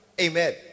Amen